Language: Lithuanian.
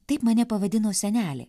taip mane pavadino senelė